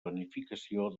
planificació